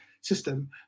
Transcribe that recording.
system